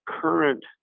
current